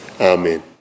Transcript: Amen